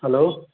hello